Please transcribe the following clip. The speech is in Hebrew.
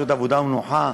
שעות עבודה ומנוחה,